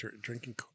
drinking